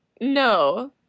No